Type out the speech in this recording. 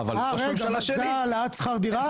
זה על שכר הדירה?